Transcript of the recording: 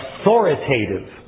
authoritative